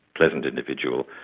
pleasant individual.